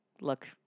look